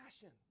passion